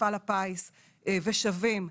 מפעל הפיס ו"עמותת שווים",